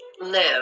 live